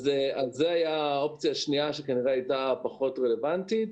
זאת הייתה האופציה השנייה שכנראה הייתה פחות רלוונטית.